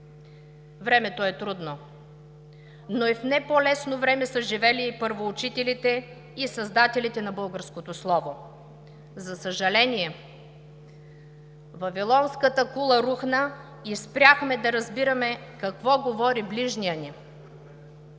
Времето е трудно, но в не по-лесно време са живели и първоучителите и създателите на българското слово. За съжаление, вавилонската кула рухна и спряхме да разбираме какво говори ближния ни.